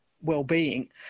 well-being